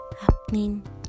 happening